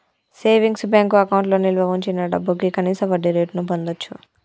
savings bank అకౌంట్లో నిల్వ వుంచిన డబ్భుకి కనీస వడ్డీరేటును పొందచ్చు